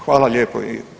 Hvala lijepo.